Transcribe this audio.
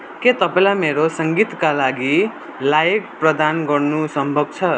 के तपाईँलाई मेरो सङ्गीतका लागि लाइक प्रदान गर्नु सम्भव छ